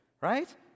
right